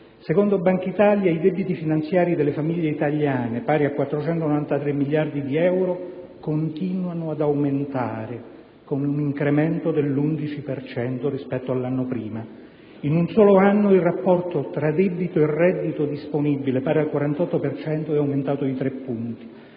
Secondo Bankitalia, i debiti finanziari delle famiglie italiane, pari a 493 miliardi di euro, continuano ad aumentare, con un incremento dell' 11 per cento rispetto all'anno precedente. In un solo anno il rapporto tra debito e reddito disponibile, pari al 48 per cento, è aumentato di tre punti.